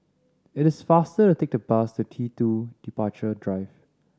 it is faster to take the bus to T Two Departure Drive